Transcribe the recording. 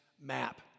map